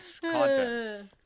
content